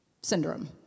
syndrome